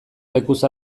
lekuz